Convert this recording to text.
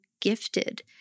gifted